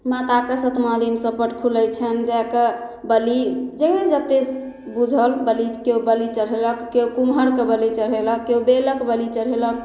माताके सतमा दिनसँ पट खुलय छनि जाकऽ बलि जेहन जते बुझल केओ बलि चढ़ेलक केओ कुम्हरके बलि चढ़ेलक केओ बेलक बलि चढ़ेलक